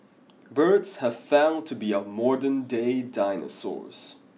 birds have found to be our modernday dinosaurs